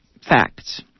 facts